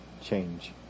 change